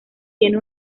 tiene